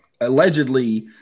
allegedly